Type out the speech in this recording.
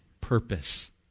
purpose